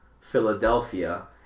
Philadelphia